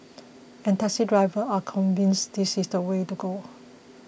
and taxi drivers are convinced this is the way to go